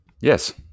Yes